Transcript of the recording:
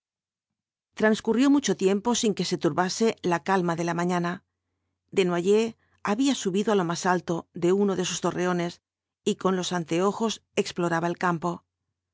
transcurrió mucho tiempo sin que se turbase la calma de la mañana desuoyers había subido á lo más alto de uno de sus torreones y con los anteojos exploraba el campo